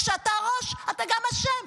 כשאתה הראש אתה גם אשם,